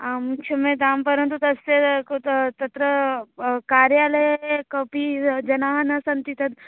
आं क्षम्यतां परन्तु तस्य कृते तत्र कार्यालये कोपि जनाः न सन्ति तत्